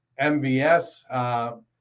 MVS